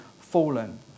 fallen